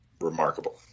remarkable